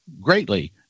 greatly